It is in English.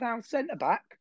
centre-back